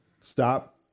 Stop